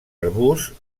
arbusts